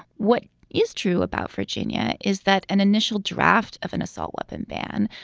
what is true about virginia is that an initial draft of an assault weapon ban,